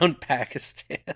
Pakistan